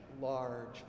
large